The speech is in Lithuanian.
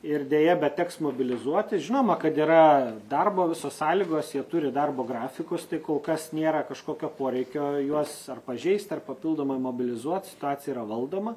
ir deja bet teks mobilizuotis žinoma kad yra darbo visos sąlygos jie turi darbo grafikus tai kol kas nėra kažkokio poreikio juos ar pažeist ar papildomai mobilizuot situacija yra valdoma